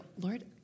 Lord